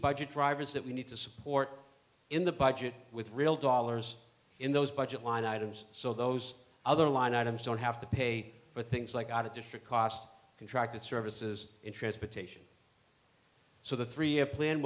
budget drivers that we need to support in the budget with real dollars in those budget line items so those other line items don't have to pay for things like out of district cost contract and services in transportation so the three year plan